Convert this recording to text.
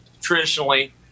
traditionally